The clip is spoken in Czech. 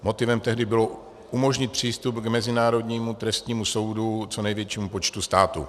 Motivem tehdy bylo umožnit přístup k Mezinárodnímu trestnímu soudu co největšímu počtu států.